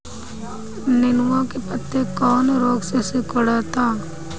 नेनुआ के पत्ते कौने रोग से सिकुड़ता?